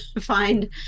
find